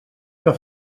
que